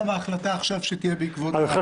נעבור לסעיף ג' בסדר-היום.